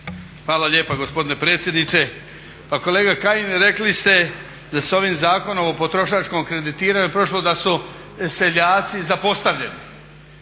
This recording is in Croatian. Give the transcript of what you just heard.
Hvala lijepa gospodine predsjedniče. Pa kolega Kajin rekli ste da s ovim Zakonom o potrošačkom kreditiranju da su seljaci zapostavljeni.